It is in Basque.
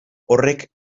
horrek